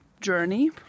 journey